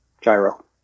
gyro